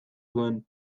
zuen